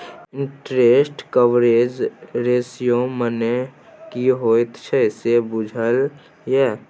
Interest coverage ratio मने की होइत छै से बुझल यै?